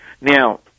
Now